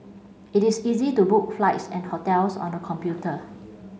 it is easy to book flights and hotels on the computer